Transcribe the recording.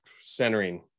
centering